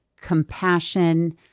compassion